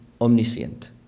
omniscient